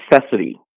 necessity